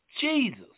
Jesus